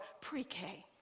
pre-K